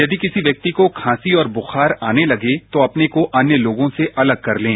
यदि किसी व्यक्ति को खांसी और बुखार आने लगे तो अपने को अन्य लोगों से अलग कर लें